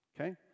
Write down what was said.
Okay